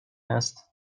است